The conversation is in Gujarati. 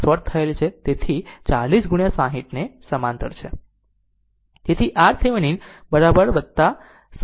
તેથી આ શોર્ટ થયેલ છે તેથી 40 ગુણ્યા 60 ને સમાંતર છે